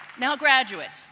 now graduates,